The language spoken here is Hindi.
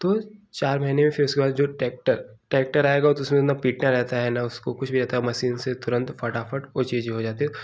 तो चार महीने में फ़िर उसके बाद जो ट्रैक्टर ट्रैक्टर आएगा उसमें इतना पिटना रहता है ना उसको कुछ भी आता मशीन से तुरंत फटाफट वह चीज़ हो जाती है